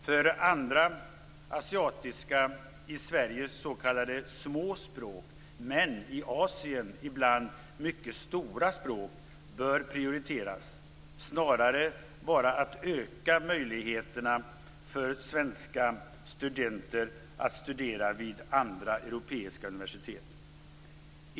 För andra asiatiska språk, i Sverige s.k. små språk men i Asien ibland mycket stora språk, bör prioriteringen snarare vara att öka möjligheterna för svenska studenter att studera vid andra europeiska universitet.